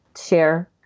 share